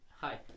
Hi